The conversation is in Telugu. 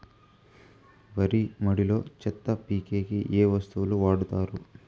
వరి మడిలో చెత్త పీకేకి ఏ వస్తువులు వాడుతారు?